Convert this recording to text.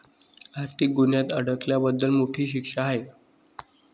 आर्थिक गुन्ह्यात अडकल्याबद्दल मोठी शिक्षा आहे